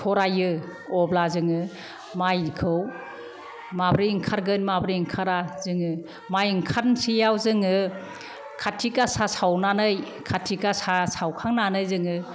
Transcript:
थरायो अब्ला जोङो माइखौ माब्रै ओंखारगोन माब्रै ओंखारा जोङो माइ ओंखारसैआव जोङो खाथि गासा सावनानै खाथि गासा सावखांनानै जोङो